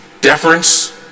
deference